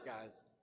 guys